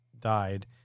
died